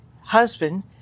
husband